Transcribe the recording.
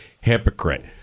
hypocrite